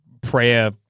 prayer